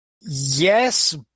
Yes